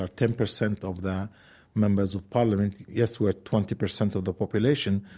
ah ten percent of the members of parliament. yes, we're twenty percent of the population,